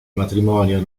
matrimonio